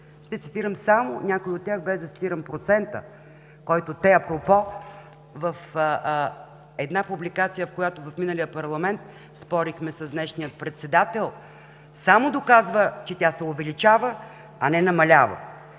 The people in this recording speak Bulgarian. Ще цитирам само някои от тях, без да цитирам процента, който те, апропо, в една публикация, която, в миналия парламент спорихме с днешния председател, само доказва, че тя се увеличава, а не намалява.